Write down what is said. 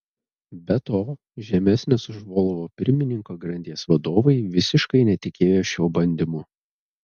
be to žemesnės už volvo pirmininką grandies vadovai visiškai netikėjo šiuo bandymu